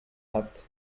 hat